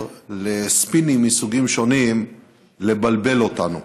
לספינים מסוגים שונים לבלבל אותנו.